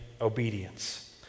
obedience